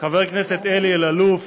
חבר הכנסת אלי אלאלוף,